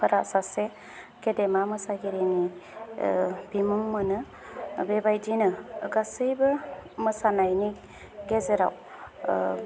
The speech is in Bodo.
सासे गेदेमा मोसिगिरिनि बिमुं मोनो बेबायदिनो गासैबो मोसानायनि गेजेराव